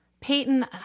Peyton